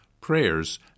prayers